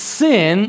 sin